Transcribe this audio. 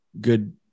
good